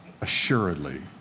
assuredly